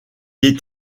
est